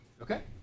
Okay